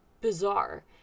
bizarre